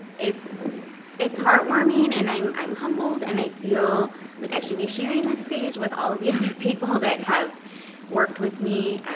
it's it's heartwarming and i'm i'm humbled and i feel like i should be sharing this stage with all the other people that have worked with me and